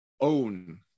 own